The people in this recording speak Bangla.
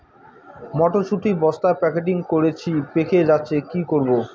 মটর শুটি বস্তা প্যাকেটিং করেছি পেকে যাচ্ছে কি করব?